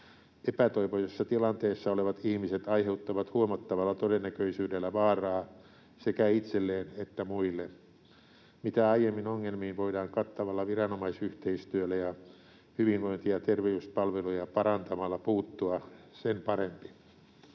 Epätoivoisessa tilanteessa olevat ihmiset aiheuttavat huomattavalla todennäköisyydellä vaaraa sekä itselleen että muille. Mitä aiemmin ongelmiin voidaan kattavalla viranomaisyhteistyöllä ja hyvinvointi‑ ja terveyspalveluja parantamalla puuttua, sen parempi.